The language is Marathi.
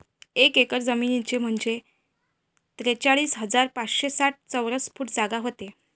एक एकर जमीन म्हंजे त्रेचाळीस हजार पाचशे साठ चौरस फूट जागा व्हते